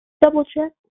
double-check